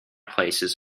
places